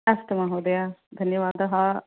अस्तु महोदय धन्यवादः